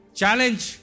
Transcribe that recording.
challenge